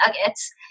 nuggets